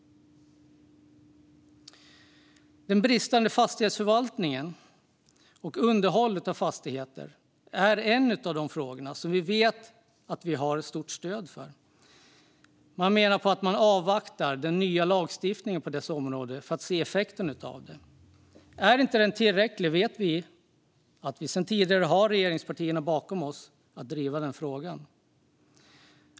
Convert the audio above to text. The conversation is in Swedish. Den bristande fastighetsförvaltningen och underhållet av fastigheter är en av de frågor som vi vet att vi har stort stöd för. Man menar att man avvaktar den nya lagstiftningen på detta område för att se effekten av den. Om den inte är tillräcklig vet vi att vi sedan tidigare har regeringspartierna bakom oss för att driva frågan.